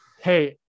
hey